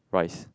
rice